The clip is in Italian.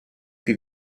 più